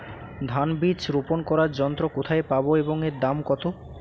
ধান বীজ রোপন করার যন্ত্র কোথায় পাব এবং এর দাম কত?